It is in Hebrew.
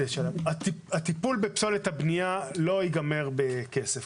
הטיפול בפסולת הבנייה לא ייגמר בכסף.